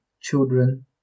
children